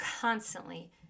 constantly